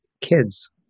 kids